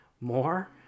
more